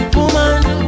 Woman